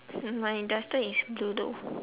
my duster is blue though